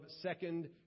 second